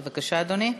בבקשה, אדוני.